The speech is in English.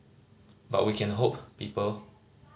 but we can hope people